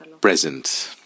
present